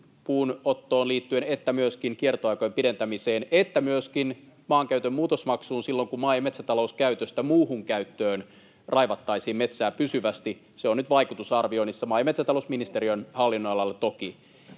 puunottoon liittyen että myöskin kiertoaikojen pidentämiseen että myöskin maankäytön muutosmaksuun liittyen silloin, kun maa- ja metsätalouskäytöstä muuhun käyttöön raivattaisiin metsää pysyvästi. Se on nyt vaikutusarvioinnissa maa- ja metsäta-lousministeriön hallinnonalalla toki.